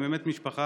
הם באמת משפחה,